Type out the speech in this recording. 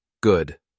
Good